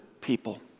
people